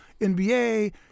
NBA